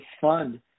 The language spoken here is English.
fund